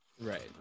Right